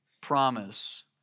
Promise